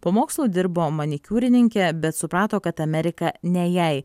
po mokslų dirbo manikiūrininke bet suprato kad amerika ne jai